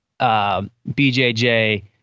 BJJ